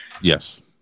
Yes